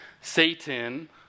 Satan